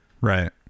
Right